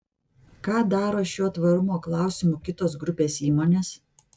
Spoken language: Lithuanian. ką daro šiuo tvarumo klausimu kitos grupės įmonės